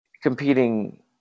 Competing